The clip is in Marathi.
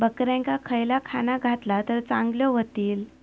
बकऱ्यांका खयला खाणा घातला तर चांगल्यो व्हतील?